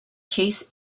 case